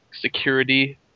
security